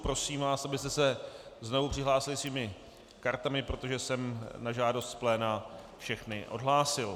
Prosím vás, abyste se znovu přihlásili svými kartami, protože jsem na žádost z pléna všechny odhlásil.